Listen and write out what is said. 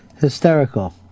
hysterical